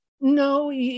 No